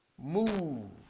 Move